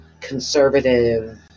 conservative